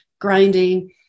grinding